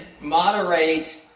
moderate